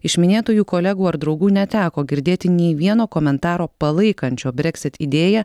iš minėtųjų kolegų ar draugų neteko girdėti nei vieno komentaro palaikančio breksit idėją